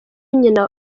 nyina